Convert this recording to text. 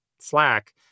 slack